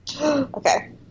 Okay